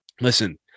listen